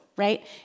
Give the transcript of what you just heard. right